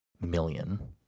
million